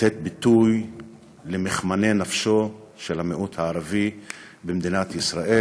לתת ביטוי למכמני נפשו של המיעוט הערבי במדינת ישראל,